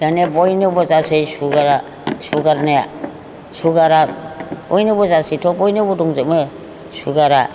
दाने बयनावबो जासै सुगारा सुगारने सुगारा बयनावबो जासैथ' बयनावबो दंजोबो सुगारा